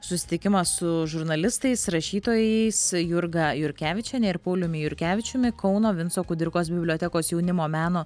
susitikimas su žurnalistais rašytojais jurga jurkevičiene ir pauliumi jurkevičiumi kauno vinco kudirkos bibliotekos jaunimo meno